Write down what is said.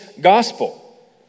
gospel